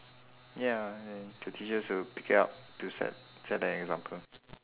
ya and the teachers should pick it up to set set the example